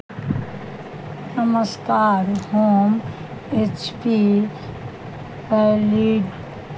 नमस्कार हम H P L ई